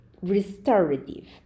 restorative